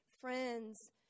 friends